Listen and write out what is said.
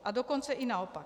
A dokonce i naopak.